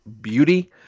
beauty